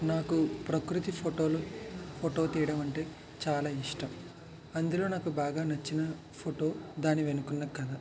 నాకు ప్రకృతి ఫోటోలు ఫోటో తీయడం అంటే చాలా ఇష్టం అందులో నాకు బాగా నచ్చిన ఫోటో దాని వెనక ఉన్న కథ